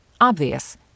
Obvious